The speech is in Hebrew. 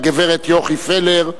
גברת יוכי פלר,